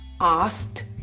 asked